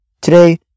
today